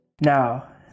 now